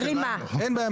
מקבל.